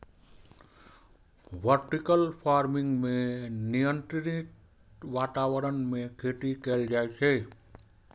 vertical farming मे नियंत्रित वातावरण मे खेती कैल जाइ छै